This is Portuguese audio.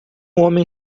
homem